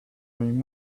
doing